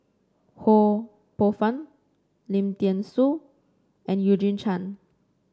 Ho Poh Fun Lim Thean Soo and Eugene Chen